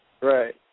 Right